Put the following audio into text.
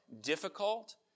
difficult